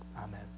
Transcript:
Amen